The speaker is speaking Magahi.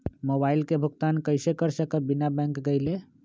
मोबाईल के भुगतान कईसे कर सकब बिना बैंक गईले?